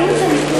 האם זה מקרי?